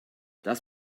das